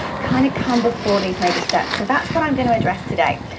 kind of come before these major steps, so that's what i'm gonna address today.